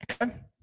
Okay